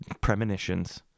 premonitions